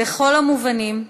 בכל המובנים,